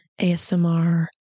ASMR